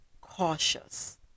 cautious